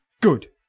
Good